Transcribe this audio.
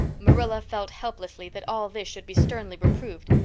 marilla felt helplessly that all this should be sternly reproved,